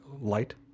light